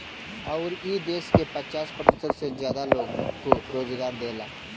अउर ई देस के पचास प्रतिशत से जादा लोग के रोजगारो देला